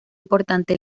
importante